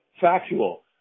factual